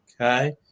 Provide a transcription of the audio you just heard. Okay